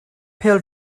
pêl